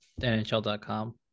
NHL.com